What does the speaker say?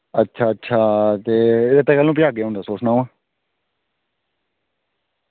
अच्छा अच्छा ते रेता कैलूं सुट्टागे सनाओ हां